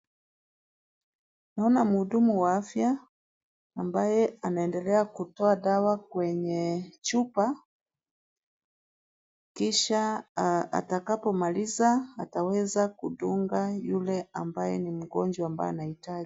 Naona mhudumu wa afya ambaye anaendelea kutoa dawa kwenye chupa kisha atakapomaliza ataweza kudunga yule ambaye ni mgonjwa ambaye anahitaji.